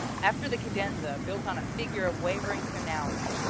after the cadenza, built on a figure of wavering tonality,